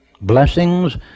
blessings